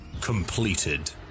completed